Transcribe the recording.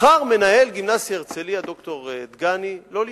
בחר מנהל גימנסיה "הרצליה", ד"ר דגני, לא להשתתף.